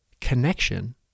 connection